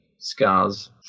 scars